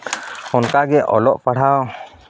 ᱚᱱᱠᱟ ᱜᱮ ᱚᱞᱚᱜ ᱯᱟᱲᱦᱟᱣ